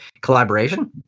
collaboration